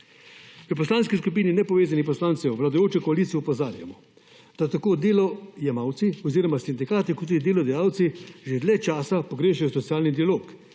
V Poslanski skupini nepovezanih poslancev vladajočo koalicijo opozarjamo, da tako delojemalci oziroma sindikati, kot delodajalci že dlje časa pogrešajo socialni dialog,